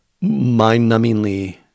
mind-numbingly –